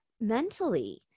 mentally